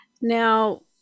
Now